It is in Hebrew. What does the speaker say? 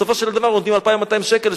בסופו של דבר נותנים 2,200 שקל,